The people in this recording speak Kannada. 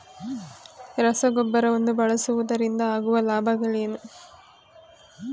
ರಸಗೊಬ್ಬರವನ್ನು ಬಳಸುವುದರಿಂದ ಆಗುವ ಲಾಭಗಳೇನು?